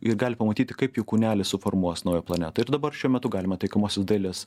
ir gali pamatyti kaip jų kūnelis suformuos naują planetą ir dabar šiuo metu galima taikomosios dailės